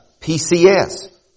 PCS